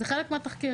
זה חלק מהתחקיר.